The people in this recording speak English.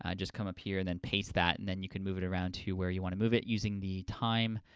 ah just come up here and then paste that and then you can move it around to where you want to move it using the time